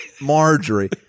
Marjorie